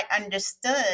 understood